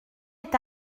est